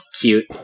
Cute